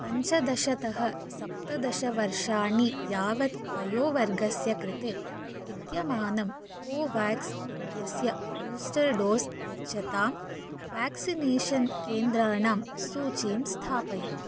पञ्चदशतः सप्तदशवर्षाणि यावत् वयोवर्गस्य कृते विद्यमानं कोवाक्स् इत्यस्य बूस्टर् डोस् यच्छतां वेक्सिनेषन् केन्द्राणां सूचीं स्थापय